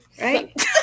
right